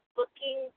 looking